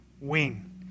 win